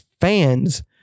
fans